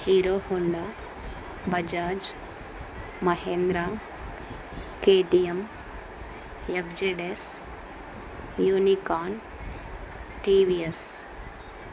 Hero Honda Bajaj Mahindra K T M F Z S unicorn TVS